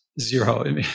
zero